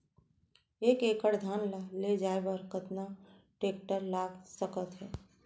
एक एकड़ धान ल ले जाये बर कतना टेकटर लाग सकत हे?